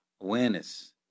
Awareness